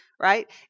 right